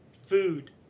food